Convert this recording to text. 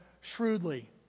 shrewdly